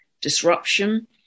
disruption